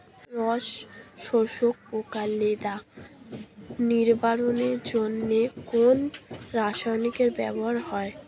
রস শোষক পোকা লেদা নিবারণের জন্য কোন রাসায়নিক ব্যবহার করা হয়?